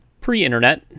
pre-internet